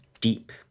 Deep